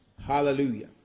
Hallelujah